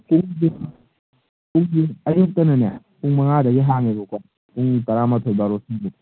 ꯄꯨꯡꯗꯣ ꯑꯌꯨꯛꯇꯅꯅꯦ ꯄꯨꯡ ꯃꯉꯥꯗꯒꯤ ꯍꯥꯡꯉꯦꯕꯀꯣ ꯄꯨꯡ ꯇꯔꯥ ꯃꯥꯊꯣꯏ ꯕꯥꯔꯣ ꯁ꯭ꯋꯥꯏꯕꯣꯛ